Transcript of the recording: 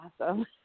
awesome